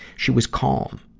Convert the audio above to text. she was calm,